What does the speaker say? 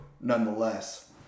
nonetheless